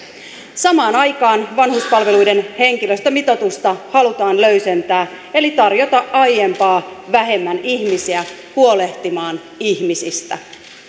samaan aikaan vanhuspalveluiden henkilöstömitoitusta halutaan löysentää eli tarjota aiempaa vähemmän ihmisiä huolehtimaan ihmisistä